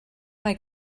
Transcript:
mae